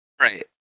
Right